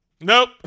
Nope